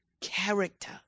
character